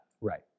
Right